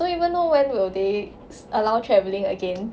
don't even know when will they allow traveling again